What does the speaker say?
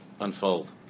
unfold